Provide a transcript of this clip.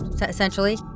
essentially